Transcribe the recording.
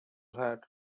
had